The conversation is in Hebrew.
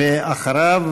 ואחריו,